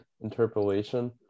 Interpolation